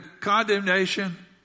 Condemnation